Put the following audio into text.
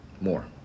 More